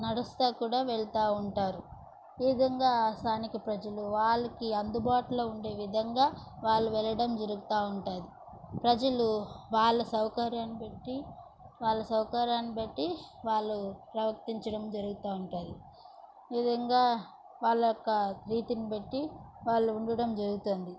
నడుస్తూ కూడా వెళ్తూ ఉంటారు ఈ విధంగా స్థానిక ప్రజలు వాళ్ళకి అందుబాటూలో ఉండే విదంగా వాళ్ళు వెళ్ళడం జరుగుతూ ఉంటుంది ప్రజలు వాళ్ళ సౌకర్యాన్ని బట్టి వాళ్ళ సౌకర్యాన్ని బట్టి వాళ్ళు ప్రవర్తించడం జరుగుతూ ఉంటుంది ఈవిధంగా వాళ్ళ యొక్క రీతిని బట్టి ఉండడం జరుగుతుంది